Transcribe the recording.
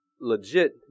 legit